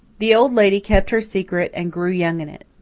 the old lady kept her secret and grew young in it.